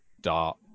dark